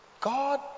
God